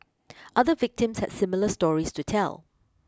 other victims had similar stories to tell